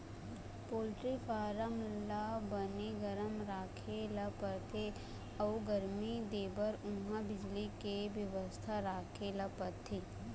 poultry farm ल बने गरम राखे ल परथे अउ गरमी देबर उहां बिजली के बेवस्था राखे ल परथे